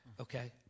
Okay